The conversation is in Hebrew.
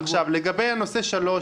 לגבי נושא 3,